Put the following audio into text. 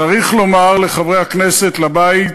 צריך לומר לחברי הכנסת, לבית